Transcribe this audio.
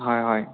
হয় হয়